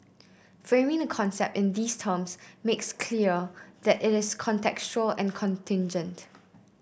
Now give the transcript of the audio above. framing the concept in these terms makes clear that it is contextual and contingent